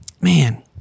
man